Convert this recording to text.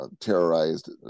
terrorized